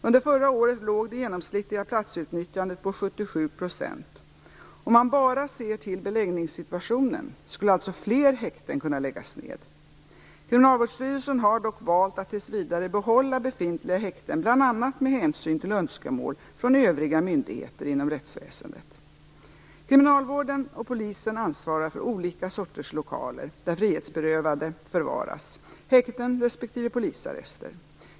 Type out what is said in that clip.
Under förra året låg det genomsnittliga platsutnyttjandet på 77 %. Om man bara ser till beläggningssituationen skulle alltså fler häkten kunna läggas ned. Kriminalvårdsstyrelsen har dock valt att tills vidare behålla befintliga häkten bl.a. med hänsyn till önskemål från övriga myndigheter inom rättsväsendet. Kriminalvården och polisen ansvarar för olika sorters lokaler där frihetsberövade förvaras, häkten respektive polisarrester.